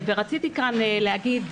ורציתי כאן להגיד: